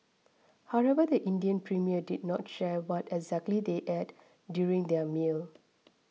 however the Indian Premier did not share what exactly they ate during their meal